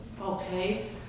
Okay